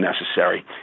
necessary